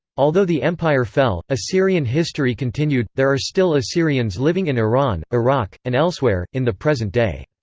although the empire fell, assyrian history continued there are still assyrians living in iran, iraq, and elsewhere, in the present day.